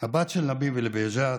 הבת של נביה ובג'את,